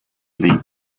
league